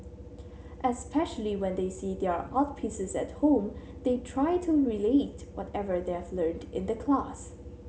especially when they see their art pieces at home they try to relate whatever they've learnt in the class